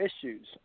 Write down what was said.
issues